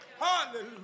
Hallelujah